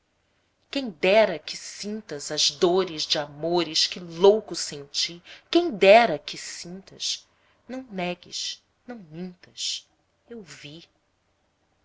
quem dera que sintas as dores de amores que louco senti quem dera que sintas não negues não mintas eu vi